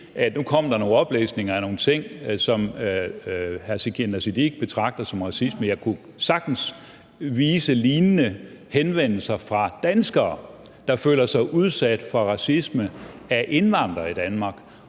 der kom nogle oplæsninger af nogle ting, som hr. Sikandar Siddique betragter som racisme, sagtens kunne vise lignende henvendelser fra danskere, der føler sig udsat for racisme fra indvandrere i Danmark.